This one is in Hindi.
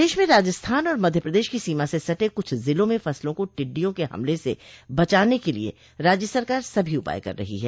प्रदेश में राजस्थान और मध्य प्रदेश की सीमा से सटे कुछ जिलों में फसलों को टिड्डियों के हमले से बचाने के लिये राज्य सरकार सभी उपाय कर रही है